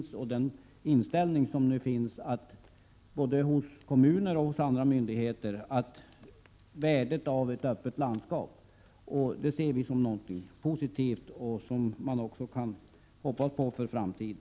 Vi ser också den inställning som nu finns hos kommuner och andra myndigheter om värdet av ett öppet landskap som något positivt och något som inger hopp för framtiden.